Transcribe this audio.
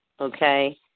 okay